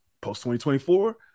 post-2024